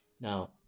now